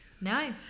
no